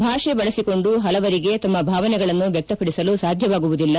ಭಾಷೆ ಬಳಸಿಕೊಂಡು ಪಲವರಿಗೆ ತಮ್ಮ ಭಾವನೆಗಳನ್ನು ವ್ಯಕ್ತಪಡಿಸಲು ಸಾಧ್ಯವಾಗುವುದಿಲ್ಲ